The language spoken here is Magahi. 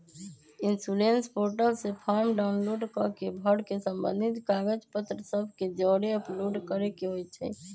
इंश्योरेंस पोर्टल से फॉर्म डाउनलोड कऽ के भर के संबंधित कागज पत्र सभ के जौरे अपलोड करेके होइ छइ